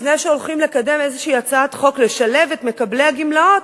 לפני שהולכים לקדם איזו הצעת חוק לשלב את מקבלי הגמלאות,